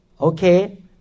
Okay